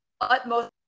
utmost